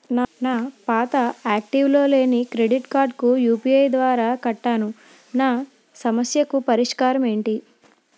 నా పాత యాక్టివ్ లో లేని క్రెడిట్ కార్డుకు యు.పి.ఐ ద్వారా కట్టాను నా సమస్యకు పరిష్కారం ఎంటి?